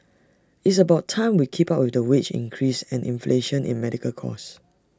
it's about time we keep up with wage increase and inflation in medical cost